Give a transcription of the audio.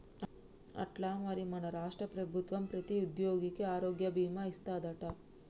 అట్నా మరి మన రాష్ట్ర ప్రభుత్వం ప్రతి ఉద్యోగికి ఆరోగ్య భీమా ఇస్తాదట